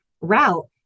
route